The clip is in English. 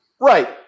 Right